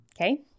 okay